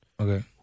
Okay